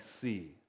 see